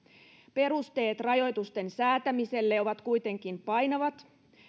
perusteet rajoitusten säätämiselle ovat kuitenkin painavat